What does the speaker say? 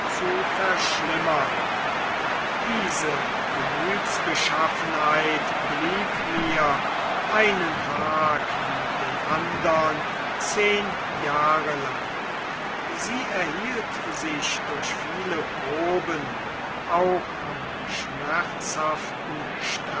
zu verschlimmern diese gemütsbeschaffenheit blieb mir einen tag wie den andern zehn jahre lang sie erhielt sich durch viele proben auch am schmerzhaften